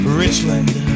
richland